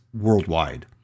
worldwide